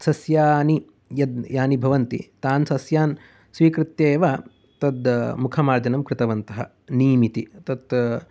सस्यानि यद् यानि भवन्ति तान् सस्यान् स्वीकृत्य एव तद् मुखमार्जनं कृतवन्तः नीम् इति तत्